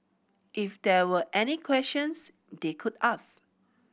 if there were any questions they could ask